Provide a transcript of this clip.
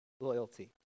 loyalty